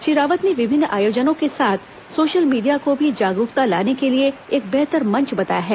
श्री रावत ने विभिन्न आयोजनों के साथ सोशल मीडिया को भी जागरूकता लाने के लिए एक बेहतर मंच बताया है